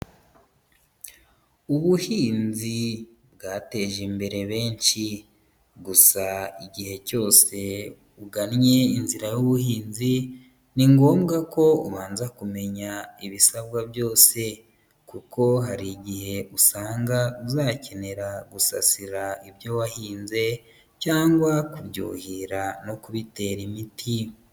Ubuhinzi bwateje imbere benshi, gusa igihe cyose ugannye inzira y'ubuhinzi ni ngombwa ko ubanza kumenya ibisabwa byose kuko hari igihe usanga uzakenera gusasira ibyo wahinze cyangwa kubyuhira no kubitera imiti.